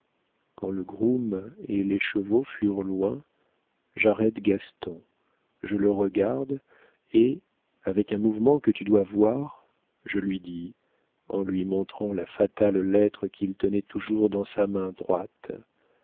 quand le groom et les chevaux furent loin j'arrête gaston je le regarde et avec un mouvement que tu dois voir je lui dis en lui montrant la fatale lettre qu'il tenait toujours dans sa main droite